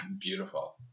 Beautiful